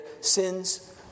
sins